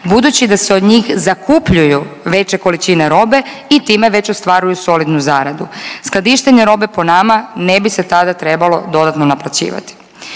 budući da se od njih zakupljuju veće količine robe i time već ostvaruju solidnu zaradu. Skladištenje robe po nama ne bi se tada trebalo dodatno naplaćivati.